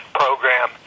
program